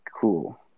Cool